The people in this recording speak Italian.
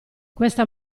questa